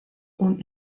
und